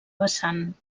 vessant